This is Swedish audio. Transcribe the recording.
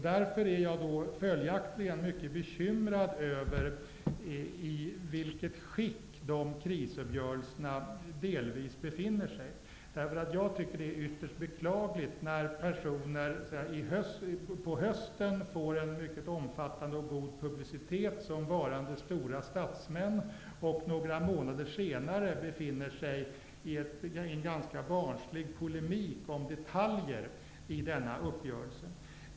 Därför är jag följdaktligen mycket bekymrad över i vilket skick krisuppgörelserna delvis befinner sig. Det är ytterst beklagligt när personer på hösten får en mycket omfattande och god publicitet som varande stora statsmän och några månader senare befinner sig i ganska barnslig polemik om detaljer i dessa uppgörelser.